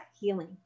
healing